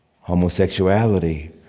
Homosexuality